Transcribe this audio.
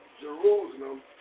Jerusalem